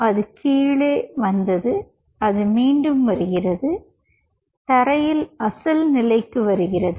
எனவே அது கீழே வந்தது அது மீண்டும் வருகிறது தரையில் அசல் நிலைக்கு வருகிறது